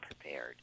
prepared